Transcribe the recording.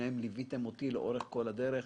שניכם ליוויתם אותי לאורך כל הדרך.